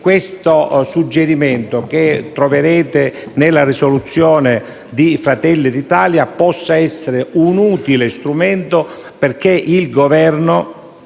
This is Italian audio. che il suggerimento, che troverete nella risoluzione di Fratelli d'Italia, possa essere un utile strumento per il Governo